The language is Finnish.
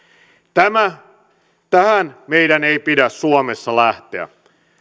tähän meidän ei pidä suomessa lähteä